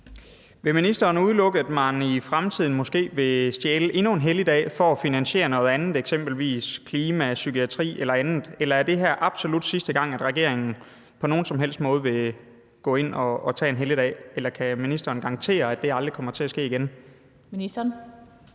Vil ministeren udelukke, at man i fremtiden måske vil stjæle endnu en helligdag for at finansiere noget andet, eksempelvis på klimaområdet, psykiatriområdet eller andet? Eller er det her absolut sidste gang, at regeringen på nogen som helst måde vil gå ind og tage en helligdag? Kan ministeren garantere, at det aldrig kommer til at ske igen? Kl.